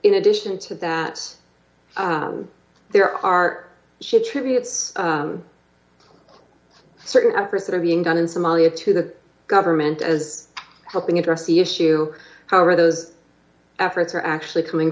in addition to that there are she attributes certain efforts that are being done in somalia to the government as helping address the issue however those efforts are actually coming